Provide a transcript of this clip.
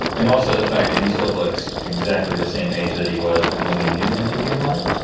and also the fact that he still looks exactly the same age that he. was when we knew him to be alive.